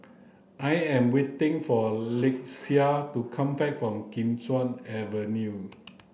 I am waiting for Lakeshia to come back from Kim Chuan Avenue